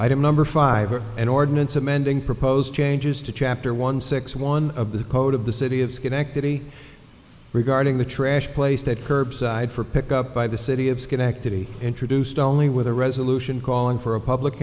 item number five an ordinance amending proposed changes to chapter one six one of the code of the city of schenectady regarding the trash place that curbside for pick up by the city of schenectady introduced only with a resolution calling for a public